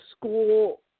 school